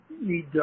need